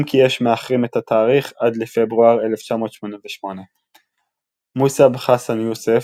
אם כי יש מאחרים את התאריך עד לפברואר 1988. מסעב חסן יוסף